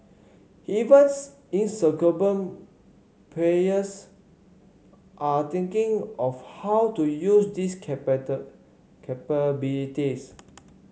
evens incumbent players are thinking of how to use these capabilities